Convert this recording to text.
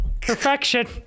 perfection